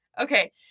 Okay